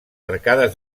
arcades